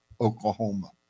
Oklahoma